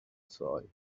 site